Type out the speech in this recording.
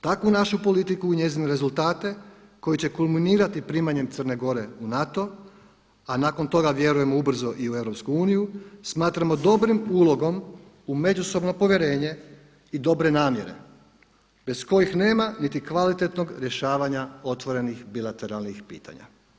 Takvu našu politiku u njezine rezultate koji će kulminirati primanjem Crne Gore u NATO, a nakon toga vjerujemo ubrzo i u EU, smatramo dobrim ulogom u međusobno povjerenje i dobre namjere bez kojih nema ni kvalitetnog rješavanja otvorenih bilateralnih pitanja.